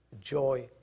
joy